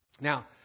Now